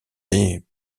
des